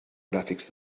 gràfics